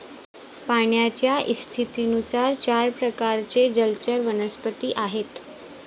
पाण्याच्या स्थितीनुसार चार प्रकारचे जलचर वनस्पती आहेत